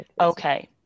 Okay